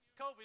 COVID